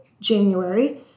January